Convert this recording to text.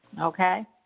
Okay